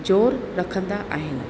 ज़ोरु रखंदा आहिनि